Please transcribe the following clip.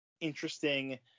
interesting